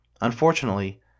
Unfortunately